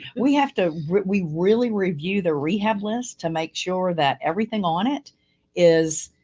we have to re we really review the rehab list to make sure that everything on it is,